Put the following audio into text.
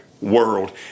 world